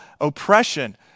oppression